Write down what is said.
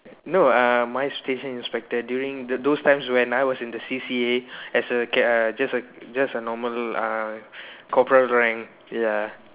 no uh mine is station inspector during those time when I was in the C_C_A as a cad~ uh just a just a normal uh corporal rank ya